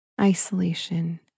isolation